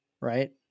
right